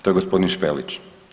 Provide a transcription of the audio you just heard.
To je gospodin Špelić.